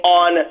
on